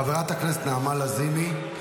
חברת הכנסת נעמה לזימי,